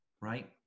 right